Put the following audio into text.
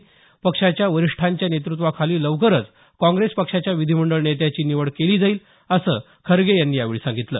क्षांच्या वरिष्ठांच्या नेतृत्वाखाली लवकरच काँग्रेस क्षांच्या विधीमंडळ नेत्याची निवड केली जाईल असं खरगे यांनी यावेळी सांगितलं